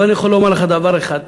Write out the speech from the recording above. אבל אני יכול לומר לך דבר אחד,